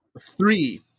Three